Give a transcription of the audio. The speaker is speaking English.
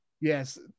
Yes